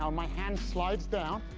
um my hand slides down.